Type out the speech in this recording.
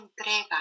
entrega